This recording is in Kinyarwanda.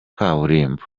kaburimbo